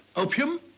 opium?